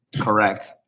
Correct